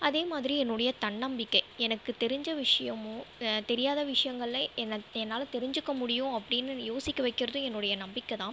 அதே மாதிரி என்னோடைய தன்னம்பிக்கை எனக்கு தெரிஞ்ச விஷயமும் தெரியாத விஷயங்கள்ல எனக் என்னால் தெரிஞ்சிக்க முடியும் அப்படினு யோசிக்க வைக்கறதும் என்னோடைய நம்பிக்கை தான்